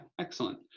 excellent